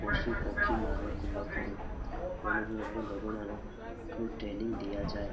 ପଶୁ ପକ୍ଷୀମାନଙ୍କ ପାଖରୁ ଲୋକମାନଙ୍କୁ ଟ୍ରେନିଂ ଦିଆଯାଏ